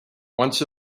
once